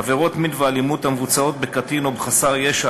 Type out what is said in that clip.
עבירות מין ואלימות המבוצעות בקטין או בחסר ישע